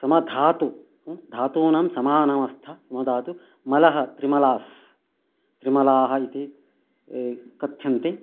समधातु धातूनां समानावस्था समदातु मलः त्रिमलास् त्रिमलाः इति कथ्यन्ति